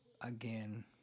Again